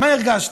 מה הרגשת?